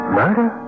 murder